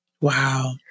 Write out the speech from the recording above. Wow